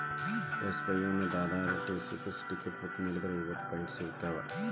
SBI YONO ದಾಗಾ IRCTC ticket book ಮಾಡಿದ್ರ ಐವತ್ತು ಪಾಯಿಂಟ್ ಸಿಗ್ತಾವ